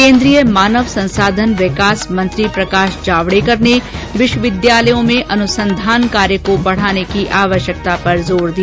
केन्द्रीय मानव संसाधन विकास मंत्री प्रकाश जावडेकर ने विश्वविद्यालयों में अनुसंधान कार्य को बढाने की आवश्यकता पर बल दिया